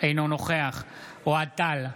אינו נוכח אוהד טל,